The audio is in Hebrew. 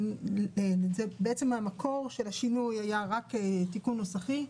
בעצם המקור של השינוי היה רק תיקון נוסחי,